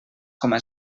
coma